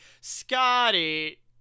scotty